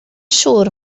siŵr